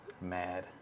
Mad